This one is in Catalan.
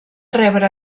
rebre